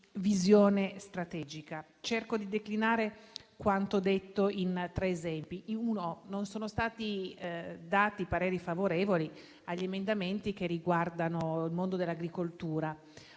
visione strategica. Cerco di declinare quanto detto in tre esempi. In primo luogo, non sono stati dati pareri favorevoli agli emendamenti che riguardano il mondo dell'agricoltura;